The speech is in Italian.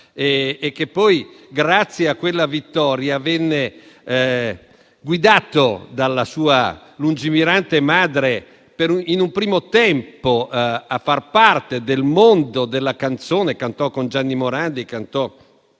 grazie a quella vittoria, venne guidato dalla sua lungimirante madre in un primo tempo a far parte del mondo della canzone, cantando con Gianni Morandi e